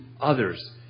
others